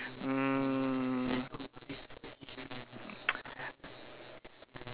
mm